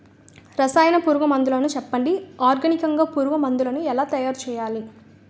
రసాయన పురుగు మందులు చెప్పండి? ఆర్గనికంగ పురుగు మందులను ఎలా తయారు చేయాలి?